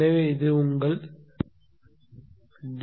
எனவே இது உங்கள் டி